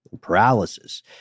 paralysis